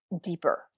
deeper